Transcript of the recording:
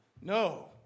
No